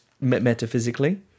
Metaphysically